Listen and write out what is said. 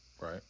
Right